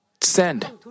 send